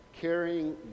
carrying